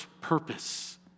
purpose